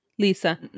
Lisa